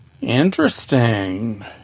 Interesting